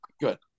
good